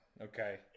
okay